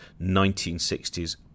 1960s